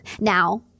Now